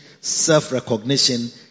self-recognition